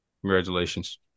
congratulations